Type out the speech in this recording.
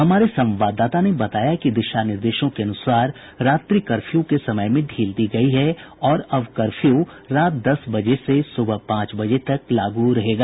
हमारे संवाददाता ने बताया कि दिशा निर्देशों के अनुसार रात्रि कर्फ्यू के समय में ढ़ील दी गयी है और अब कर्फ्यू रात दस बजे से सुबह पांच बजे तक लागू रहेगा